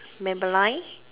Maybelline